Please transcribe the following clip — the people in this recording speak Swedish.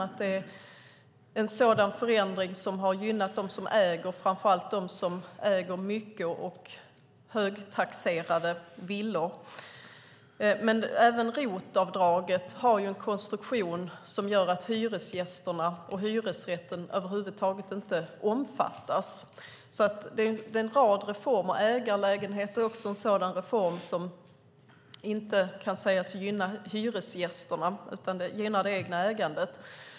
Där har det varit en sådan förändring som har gynnat dem som äger, framför allt dem som äger mycket och högt taxerade villor. Men även ROT-avdraget har en konstruktion som gör att hyresgästerna och hyresrätten över huvud taget inte omfattas. Det är en rad reformer. Ägarlägenheter är också en reform som inte kan sägas gynna hyresgästerna, utan den gynnar det egna ägandet.